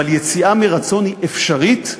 אבל יציאה מרצון היא אפשרית,